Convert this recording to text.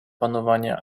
panowania